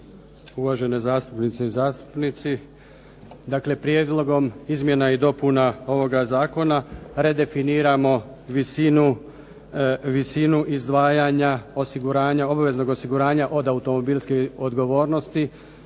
uvažene zastupnice i zastupnici. Dakle, prijedlogom izmjena i dopuna ovoga zakona redefiniramo visinu izdvajanja obveznog osiguranja od automobilske odgovornosti